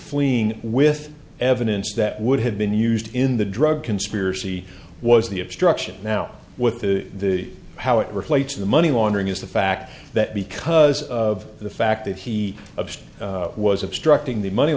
fleeing with evidence that would have been used in the drug conspiracy was the obstruction now with the how it relates to the money laundering is the fact that because of the fact that he was obstructing the money